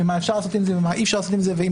מה אפשר לעשות עם זה ומה אי אפשר לעשות את זה ואם